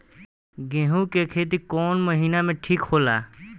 गेहूं के खेती कौन महीना में ठीक होला?